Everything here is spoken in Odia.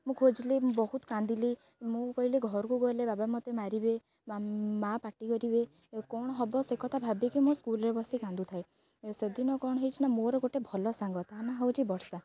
ମୁଁ ଖୋଜିଲି ମୁଁ ବହୁତ କାନ୍ଦିଲି ମୁଁ କହିଲି ଘରକୁ ଗଲେ ବାବା ମୋତେ ମାରିବେ ମାଆ ପାଟି କରିବେ କ'ଣ ହବ ସେ କଥା ଭାବିକି ମୁଁ ସ୍କୁଲରେ ବସି କାନ୍ଦୁଥାଏ ସେଦିନ କ'ଣ ହେଇଛି ନା ମୋର ଗୋଟେ ଭଲ ସାଙ୍ଗ ତା ନାଁ ହେଉଛି ବର୍ଷା